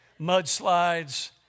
mudslides